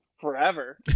forever